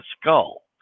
skull